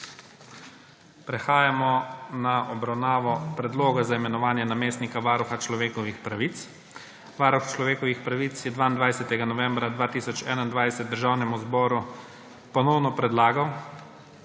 Prehajamo na obravnavo Predloga za imenovanja namestnika varuha človekovih pravic. Varuh človekovih pravic je 22. novembra 2021 Državnemu zboru ponovno predlagal,